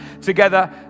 together